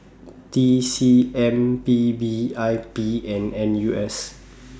T C M P B I P and N U S